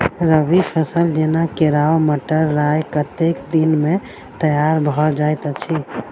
रबी फसल जेना केराव, मटर, राय कतेक दिन मे तैयार भँ जाइत अछि?